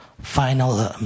final